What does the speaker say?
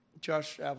Josh